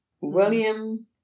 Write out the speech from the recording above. William